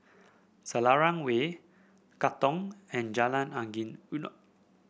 Selarang Way Katong and Jalan Angin